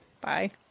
Bye